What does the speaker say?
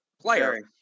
player